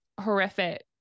horrific